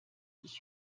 ich